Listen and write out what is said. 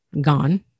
gone